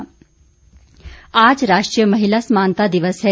महिला समानता दिवस आज राष्ट्रीय महिला समानता दिवस है